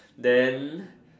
then